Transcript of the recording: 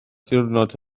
diwrnod